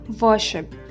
worship